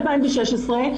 2016,